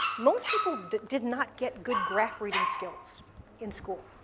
most people did did not get good graph-reading skills in school.